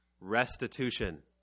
restitution